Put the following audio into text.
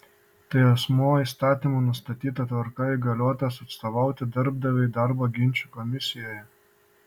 tai asmuo įstatymų nustatyta tvarka įgaliotas atstovauti darbdaviui darbo ginčų komisijoje